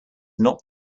not